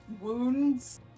wounds